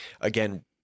again